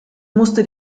musste